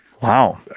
wow